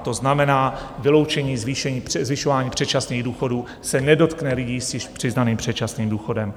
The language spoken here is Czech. To znamená, vyloučení zvyšování předčasných důchodů se nedotkne lidí s již přiznaným předčasným důchodem.